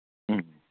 ꯎꯝ